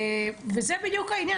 וזה בדיוק העניין,